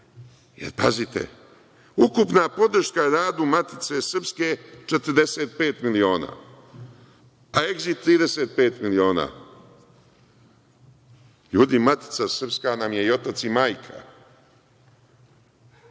jer pazite, ukupna podrška radu „Matice Srpske“ 45 miliona, a „Egzit“ 35 miliona. LJudi, „Matica Srpska“ naj me i otac i majka.